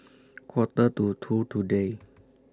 Quarter to two today